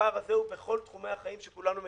הפער הזה הוא בכל תחומי החיים שכולנו מכירים,